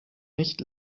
nicht